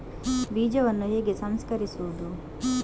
ಬೀಜವನ್ನು ಹೇಗೆ ಸಂಸ್ಕರಿಸುವುದು?